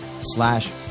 slash